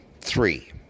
three